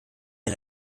der